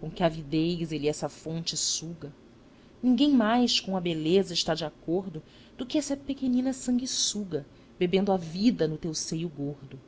com que avidez ele essa fonte suga ninguém mais com a beleza está de acordo do que essa pequenina sanguessuga bebendo a vida no teu seio gordo